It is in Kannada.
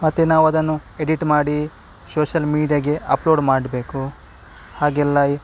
ಮತ್ತು ನಾವದನ್ನು ಎಡಿಟ್ ಮಾಡಿ ಶೋಷಲ್ ಮೀಡಿಯಾಗೆ ಅಪ್ಲೋಡ್ ಮಾಡಬೇಕು ಹಾಗೆಲ್ಲ